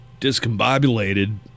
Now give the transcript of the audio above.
discombobulated